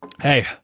Hey